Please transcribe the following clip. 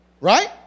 Right